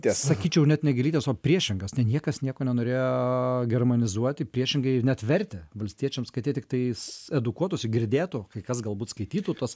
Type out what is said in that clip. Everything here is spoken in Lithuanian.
sakyčiau net ne gėlytės o priešingas ten niekas nieko nenorėjo germanizuoti priešingai net vertė valstiečiams kad jie tiktais edukuotųsi girdėtų kai kas galbūt skaitytų tas